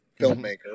filmmaker